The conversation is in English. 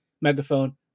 Megaphone